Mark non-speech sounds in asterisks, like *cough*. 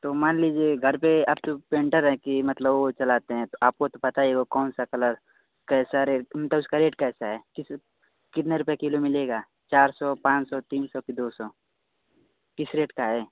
तो मान लीजिए घर पर *unintelligible* पेंटर हैं कि मतलब वह चलाते हैं तो आपको तो पता ही होगा की कौन सा कलर कैसा रे उसका रेट कैसा है किस कितना रुपये किलो मिलेगा चार सौ पाँच सो तीन सौ कि दो सो किस रेट का है